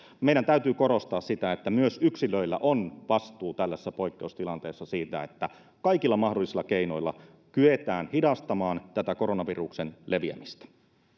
meidän täytyy korostaa sitä että myös yksilöillä on vastuu tällaisessa poikkeustilanteessa siitä että kaikilla mahdollisilla keinoilla kyetään hidastamaan tätä koronaviruksen leviämistä